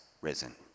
risen